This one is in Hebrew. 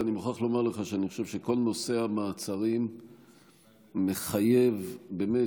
אני מוכרח לומר לך שאני חושב שכל נושא המעצרים מחייב באמת